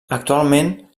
actualment